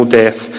death